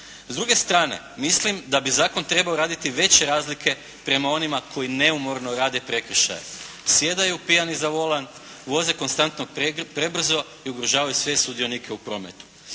S druge strane mislim da bi zakon trebao raditi veće razlike prema onima koji neumorno rade prekršaje, sjedaju pijani za volan, voze konstantno prebrzo i ugrožavaju sve sudionike u prometu.